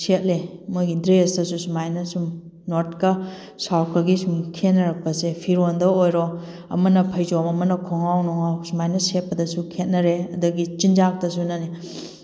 ꯁꯦꯠꯂꯦ ꯃꯣꯏꯒꯤ ꯗ꯭ꯔꯦꯁꯇꯁꯨ ꯁꯨꯃꯥꯏꯅ ꯁꯨꯝ ꯅꯣꯔꯠꯀ ꯁꯥꯎꯠꯀꯒꯤ ꯁꯨꯝ ꯈꯦꯠꯅꯔꯛꯄꯁꯦ ꯐꯤꯔꯣꯟꯗ ꯑꯣꯏꯔꯣ ꯑꯃꯅ ꯐꯩꯖꯣꯝ ꯑꯃꯅ ꯈꯣꯡꯒ꯭ꯔꯥꯎ ꯅꯨꯡꯂꯥꯎ ꯁꯨꯃꯥꯏꯅ ꯁꯦꯠꯄꯗꯁꯨ ꯈꯦꯠꯅꯔꯦ ꯑꯗꯒꯤ ꯆꯤꯟꯖꯥꯛꯇꯁꯨꯅꯅꯦ